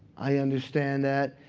i understand that.